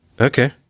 Okay